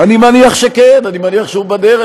אני מניח שכן, אני מניח שהוא בדרך.